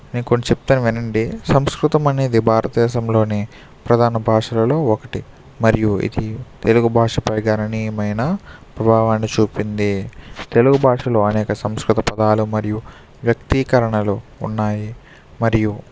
నేను కొన్ని చెప్తాను వినండి సంస్కృతం అనేది భారతదేశంలోని ప్రధాన భాషలలో ఒకటి మరియు ఇది తెలుగు భాష ప్రదానానియమైన ప్రభావాన్ని చూపింది తెలుగు భాషలో అనేక సంస్కృత పదాలు మరియు వ్యక్తీకరణలు ఉన్నాయి మరియు